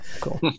cool